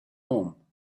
home